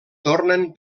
tornen